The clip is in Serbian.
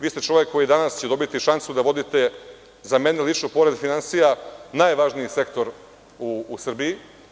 Vi ste čovek koji će danas dobiti šansu da vodi, za mene lično, pored finansija, najvažniji sektor u Srbiji.